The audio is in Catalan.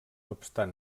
obstant